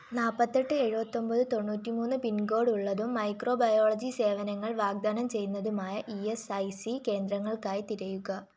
നാല്പത്തെട്ട് എഴുപത്തൊമ്പത് തൊണ്ണൂറ്റി മൂന്ന് പിൻകോഡുള്ളതും മൈക്രോബയോളജി സേവനങ്ങൾ വാഗ്ദാനം ചെയ്യുന്നതുമായ ഇ എസ്സ് ഐ സി കേന്ദ്രങ്ങൾക്കായി തിരയുക